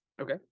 Okay